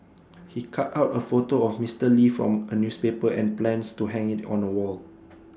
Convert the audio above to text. he cut out A photo of Mister lee from A newspaper and plans to hang IT on A wall